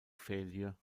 failure